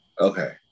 Okay